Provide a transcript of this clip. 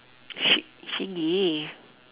she she